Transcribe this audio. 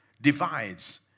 divides